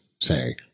say